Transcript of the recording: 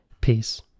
Peace